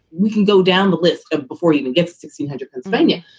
we can go down the list ah before he even gets sixteen hundred pennsylvania.